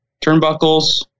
turnbuckles